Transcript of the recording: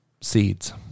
seeds